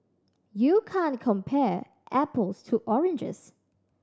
you can't compare apples to oranges